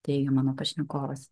teigia mano pašnekovas